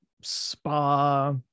spa